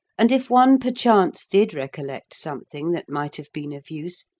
and if one perchance did recollect something that might have been of use,